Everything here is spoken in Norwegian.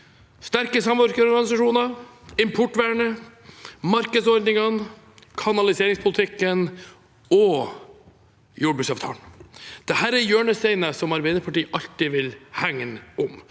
sterke samvirkeorganisasjoner, importvernet, markedsordningene, kanaliseringspolitikken og jordbruksavtalen. Dette er hjørnesteiner som Arbeiderpartiet alltid vil hegne om.